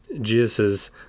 Jesus